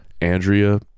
Andrea